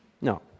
No